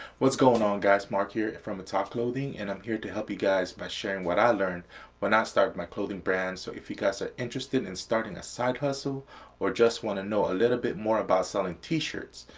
what's going on, guys, marc here from itak clothing. and i'm here to help you guys by sharing what i learned when i started my clothing brand. so if you guys are interested in starting a side hustle or just want to know a little bit more about selling t-shirts,